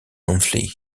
monthly